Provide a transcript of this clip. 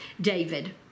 David